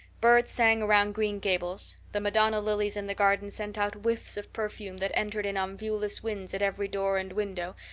birds sang around green gables the madonna lilies in the garden sent out whiffs of perfume that entered in on viewless winds at every door and window,